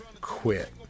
quit